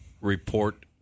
report